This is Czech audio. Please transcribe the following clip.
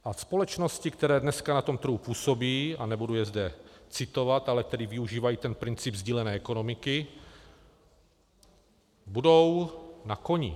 A společnosti, které dneska na tom trhu působí, a nebudu je zde citovat, ale které využívají princip sdílené ekonomiky, budou na koni.